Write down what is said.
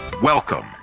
Welcome